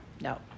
no